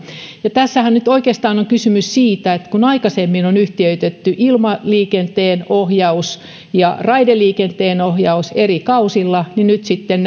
tässähän nyt oikeastaan on kysymys siitä että kun aikaisemmin on yhtiöitetty ilmaliikenteen ohjaus ja raideliikenteen ohjaus eri kausilla niin nyt sitten